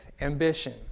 ambition